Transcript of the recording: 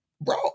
bro